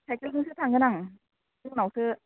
साइकेलजोंसो थांगोन आं एसे उनावसो